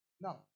Now